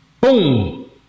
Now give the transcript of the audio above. Boom